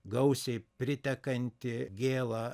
gausiai pritekantį gėlą